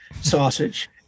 sausage